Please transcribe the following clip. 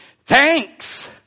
Thanks